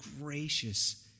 gracious